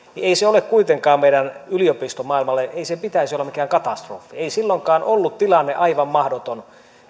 ei sen kuitenkaan meidän yliopistomaailmalle pitäisi olla mikään katastrofi ei silloinkaan ollut tilanne aivan mahdoton